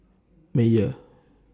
Mayer